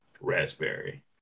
raspberry